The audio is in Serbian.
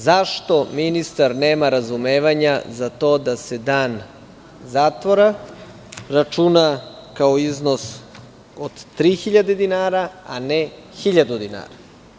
Zašto ministar nema razumevanja za to da se dan zatvora računa kao iznos od 3.000 dinara, a ne 1.000 dinara?